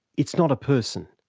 it's not a person.